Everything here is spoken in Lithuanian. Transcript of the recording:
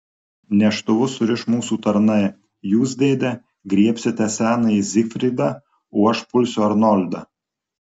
neštuvus suriš mūsų tarnai jūs dėde griebsite senąjį zigfridą o aš pulsiu arnoldą